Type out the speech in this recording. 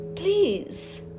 Please